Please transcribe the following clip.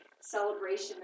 Celebration